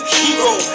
hero